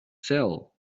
sell